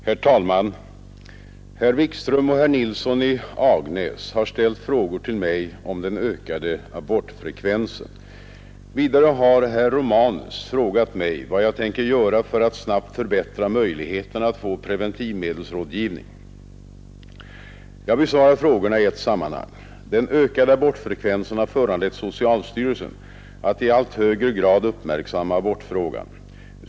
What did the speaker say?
Herr talman! Herr Wikström och herr Nilsson i Agnäs har ställt frågor till mig om den ökade abortfrekvensen. Vidare har herr Romanus frågat mig vad jag tänker göra för att snabbt förbättra möjligheterna att få preventivmedelsrådgivning. Jag besvarar frågorna i ett sammanhang. Den ökade abortfrekvensen har föranlett socialstyrelsen att i allt högre grad uppmärksamma abortfrågan.